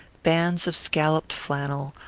bands of scalloped flannel,